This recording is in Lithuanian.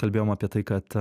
kalbėjom apie tai kad